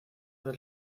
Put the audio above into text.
del